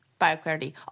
bioclarity